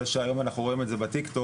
זה שהיום אנחנו רואים את זה בטיקטוק,